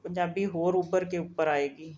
ਪੰਜਾਬੀ ਹੋਰ ਉੱਭਰ ਕੇ ਉੱਪਰ ਆਏਗੀ